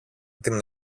την